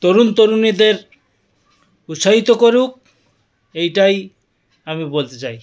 তরুণ তরুণীদের উৎসাহিত করুক এইটাই আমি বলতে চাই